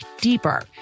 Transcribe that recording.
deeper